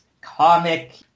comic